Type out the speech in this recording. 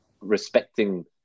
respecting